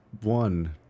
One